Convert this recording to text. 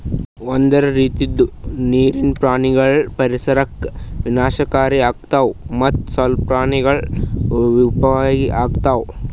ಒಂದೆರಡು ರೀತಿದು ನೀರು ಪ್ರಾಣಿಗೊಳ್ ಪರಿಸರಕ್ ವಿನಾಶಕಾರಿ ಆತವ್ ಮತ್ತ್ ಸ್ವಲ್ಪ ಪ್ರಾಣಿಗೊಳ್ ಉಪಯೋಗಕ್ ಬರ್ತವ್